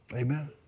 Amen